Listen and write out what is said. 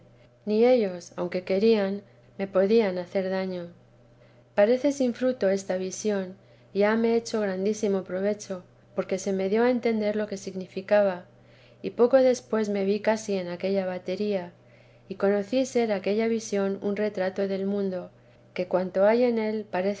ni ellos aunque querían me podían hacer daño parece sin fruto esta visión y hame hecho grandísimo teresa de jestjs provecho porque se me dio a entender lo que significaba y poco después me vi casi en aquella batería y conocí ser aquella visión un retrato del mundo que cuanto hay en éi